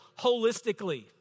holistically